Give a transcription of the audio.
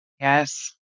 Yes